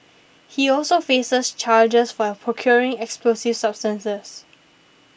he also faces charges for a procuring explosive substances